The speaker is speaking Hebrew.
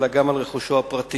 אלא גם על רכושו הפרטי,